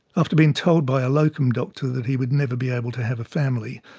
after being told by a locum doctor that he would never be able to have a family,